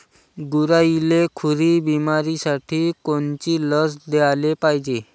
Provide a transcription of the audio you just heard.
गुरांइले खुरी बिमारीसाठी कोनची लस द्याले पायजे?